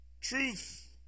Truth